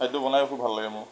খাদ্য বনায়ো খুব ভাল লাগে মোৰ